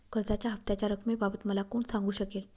कर्जाच्या हफ्त्याच्या रक्कमेबाबत मला कोण सांगू शकेल?